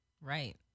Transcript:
right